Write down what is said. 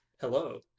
hello